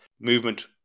movement